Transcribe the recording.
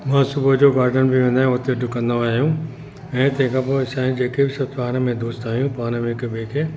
मां सुबुह जो गार्डन बि वेंदो आहियां हुते ढुकंदा आहियूं ऐं तंहिं खां पोइ असां जेके बि पाण में दोस्त आहियूं पाण में हिकु ॿिएं खे